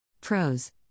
Pros